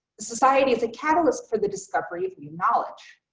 the society is a catalyst for the discovery of new knowledge.